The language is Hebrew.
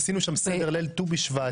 עשינו שם סדר ט"ו, והיה מחזה מדהים.